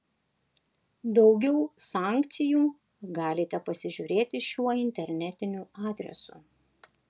daugiau sankcijų galite pasižiūrėti šiuo internetiniu adresu